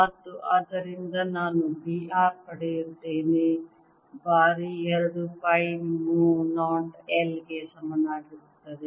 ಮತ್ತು ಆದ್ದರಿಂದ ನಾನು B r ಪಡೆಯುತ್ತೇನೆ ಬಾರಿ 2 ಪೈ ಮು 0 I ಗೆ ಸಮನಾಗಿರುತ್ತದೆ